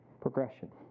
Progression